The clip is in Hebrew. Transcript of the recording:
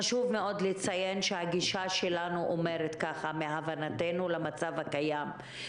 חשוב מאוד לציין שהגישה שלנו אומרת ככה מהבנתנו למצב הקיים,